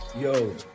Yo